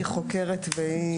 צריך לבדוק את זה.